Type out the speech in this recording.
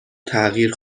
تغییر